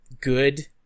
good